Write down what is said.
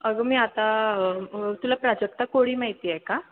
अगं मी आता तुला प्राजक्ता कोळी माहिती आहे का